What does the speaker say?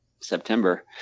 September